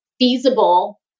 feasible